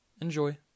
Enjoy